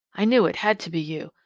i knew it had to be you.